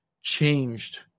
changed